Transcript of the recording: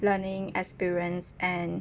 learning experience and